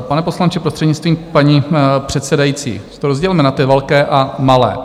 Pane poslanče, prostřednictvím paní předsedající, to rozdělme na ty velké a malé.